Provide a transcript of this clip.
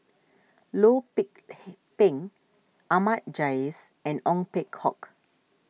Loh Pik Peng Ahmad Jais and Ong Peng Hock